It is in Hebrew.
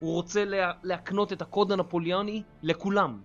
הוא רוצה להקנות את הקוד הנפוליאני לכולם